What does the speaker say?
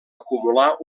acumular